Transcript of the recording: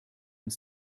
uns